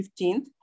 15th